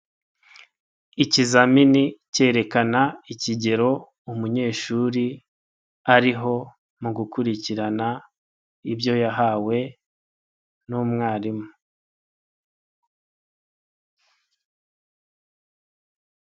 Ikizamini cyerekana ikigero umunyeshuri, ariho mu gukurikirana, ibyo yahawe, n'umwarimu.